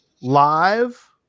live